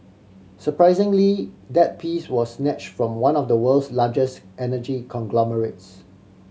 surprisingly that piece was snatch from one of the world's largest energy conglomerates